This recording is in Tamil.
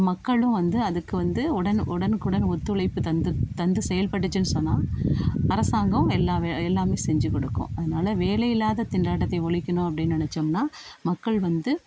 மக்களும் வந்து அதுக்கு வந்து உடன் உடனுக்குடன் ஒத்துழைப்பு தந்து தந்து செயல்பட்டுச்சுன்னு சொன்னால் அரசாங்கம் எல்லாமே எல்லாமே செஞ்சு கொடுக்கும் அதனால வேலை இல்லாத திண்டாடத்தை ஒழிக்கணும் அப்படின்னு நினச்சோம்ன்னா மக்கள் வந்து